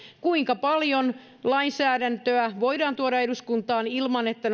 kuinka paljon lainsäädäntöä voidaan tuoda eduskuntaan ilman että